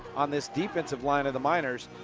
on this defensive line of the miners,